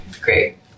Great